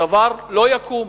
הדבר לא יקום,